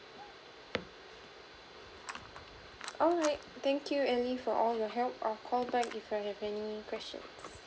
alright thank you ally for all your help I'll call back if I have any questions